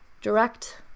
direct